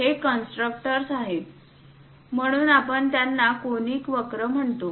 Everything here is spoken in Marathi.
हे कन्स्ट्रक्टरर्स आहेत म्हणून आपण त्यांना कोनिक वक्र म्हणतो